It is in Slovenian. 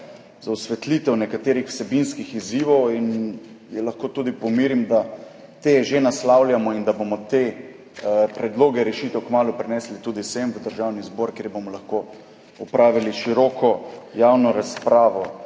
za osvetlitev nekaterih vsebinskih izzivov. Hkrati jo lahko tudi pomirim, da te že naslavljamo in da bomo te predloge rešitev kmalu prinesli tudi sem v Državni zbor, kjer bomo lahko opravili široko javno razpravo.